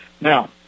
now